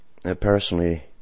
Personally